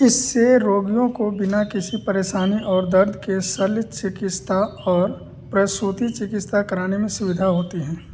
इससे रोगियों को बिना किसी परेशानी और दर्द के शल्य चिकिस्ता और प्रसूति चिकिस्ता कराने में सुविधा होती है